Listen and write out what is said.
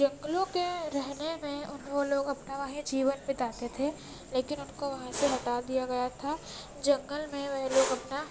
جنگلوں کے رہنے میں انہو لوگ اپنا ہی جیون بتاتے تھے لیکن ان کو وہاں سے ہٹا دیا گیا تھا جنگل میں وہ لوگ اپنا